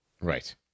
Right